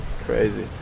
Crazy